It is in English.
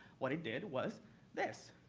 what i did was this.